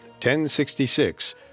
1066